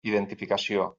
identificació